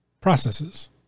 processes